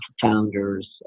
founders